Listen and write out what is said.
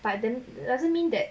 but then it doesn't mean that